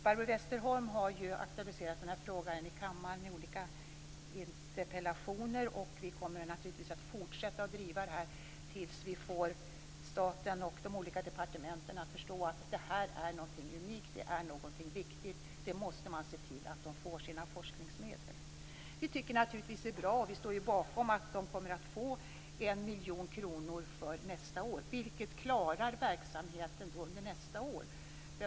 Barbro Westerholm har ju aktualiserat den här frågan i kammaren i olika interpellationer, och vi kommer naturligtvis att fortsätta att driva det här tills vi får staten och de olika departementen att förstå att det här är något unikt och viktigt. Man måste se till att de får sina forskningsmedel. Vi tycker naturligtvis att det är bra, och vi står bakom att de kommer att få 1 miljon kronor för nästa år. Det klarar verksamheten under nästa år.